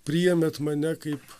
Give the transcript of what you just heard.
priėmėt mane kaip